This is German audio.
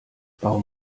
warum